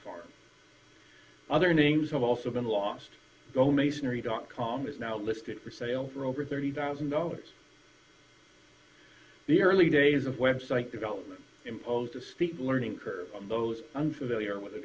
farm other names have also been lost go masonry dot com is now listed for sale for over thirty thousand dollars the early days of website development imposed a steep learning curve on those unfamiliar with